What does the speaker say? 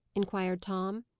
inquired tom.